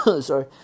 sorry